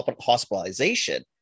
hospitalization